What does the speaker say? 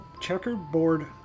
checkerboard